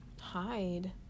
hide